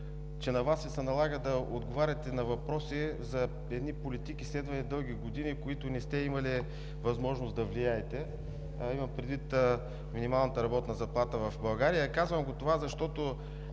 че на Вас Ви се налага да отговаряте на въпроси за едни политики, следвани дълги години, на които не сте имали възможност да влияете. Имам предвид минималната работна заплата в България. Казвам това, защото